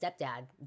stepdad